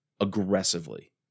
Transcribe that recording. aggressively